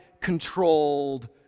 controlled